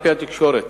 על-פי התקשורת